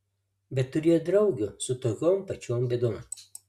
bet turėjo draugių su tokiom pačiom bėdom